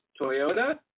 Toyota